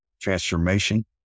transformation